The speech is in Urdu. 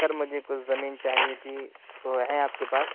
سر مجھے کچھ زمیں چاہیے تھی تو ہیں آپ کے پاس